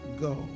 go